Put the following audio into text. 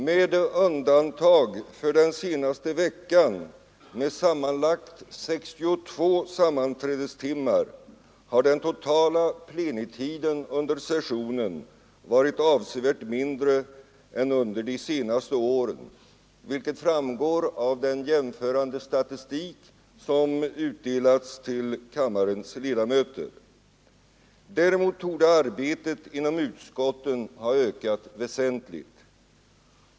Med undantag för den senaste veckan med sammanlagt 62 sammanträdestimmar har den totala plenitiden under sessionen varit avsevärt mindre än under de senaste åren, vilket framgår av den jämförande statistik som utdelats till kammarens ledamöter. Däremot torde arbetet inom utskotten ha ökat väsentligt.